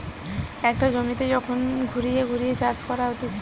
একটা জমিতে যখন ঘুরিয়ে ঘুরিয়ে চাষ করা হতিছে